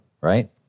right